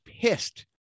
pissed